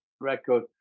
record